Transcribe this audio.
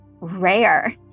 rare